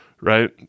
right